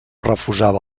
refusava